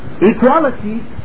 Equality